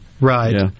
Right